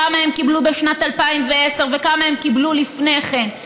כמה הם קיבלו בשנת 2010 וכמה הם קיבלו לפני כן,